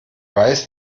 weiß